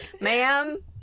Ma'am